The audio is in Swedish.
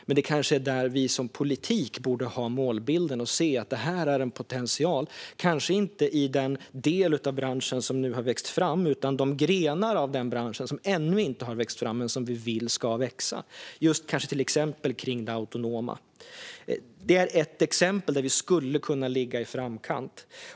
Där kanske vi från politiken borde ha en målbild och se att detta har en potential, kanske inte i den del av branschen som nu har vuxit fram utan i de grenar av branschen som ännu inte har vuxit fram men som vi vill ska växa, till exempel kring det autonoma. Detta är ett exempel där vi skulle kunna ligga i framkant.